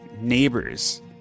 neighbors